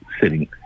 sitting